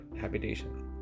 habitation